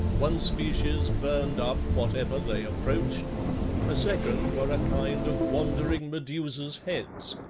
one species burned up whatever they approached a second were a kind of wandering medusa's heads,